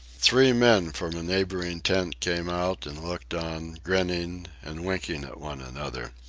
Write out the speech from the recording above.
three men from a neighboring tent came out and looked on, grinning and winking at one another.